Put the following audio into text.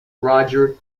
roger